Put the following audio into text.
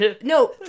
no